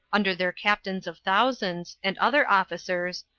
under their captains of thousands, and other officers,